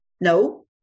No